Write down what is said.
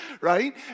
right